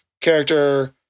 character